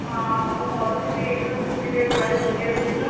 ହଁ ମୁଁ ଭାବୁଥିଲି ଏଥର ଛୁଟିରେ କୁଆଡ଼େ ବୁଲିବାକୁ ଯିବା